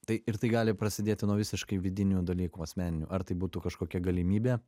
tai ir tai gali prasidėti nuo visiškai vidinių dalykų asmeninių ar tai būtų kažkokia galimybė